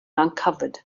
uncovered